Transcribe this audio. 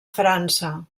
frança